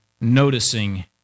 noticing